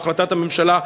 או החלטת הממשלה,